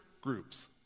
groups